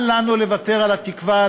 אל לנו לוותר על התקווה,